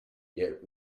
yet